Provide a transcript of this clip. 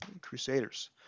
Crusaders